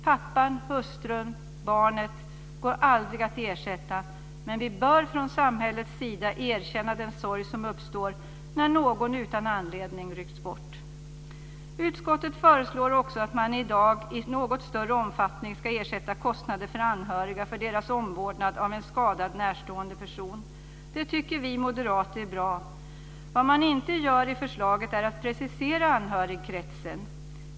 Pappan, hustrun eller barnet går aldrig att ersätta. Men vi bör från samhällets sida erkänna den sorg som uppstår när någon utan anledning ryckts bort. Utskottet föreslår också att man i dag i något större omfattning ska ersätta kostnader för anhöriga för deras omvårdnad av en skadad närstående person. Det tycker vi moderater är bra. Men vad man inte gör i förslaget är att precisera anhörigkretsen.